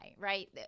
right